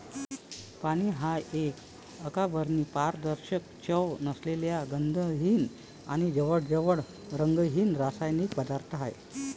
पाणी हा एक अकार्बनी, पारदर्शक, चव नसलेला, गंधहीन आणि जवळजवळ रंगहीन रासायनिक पदार्थ आहे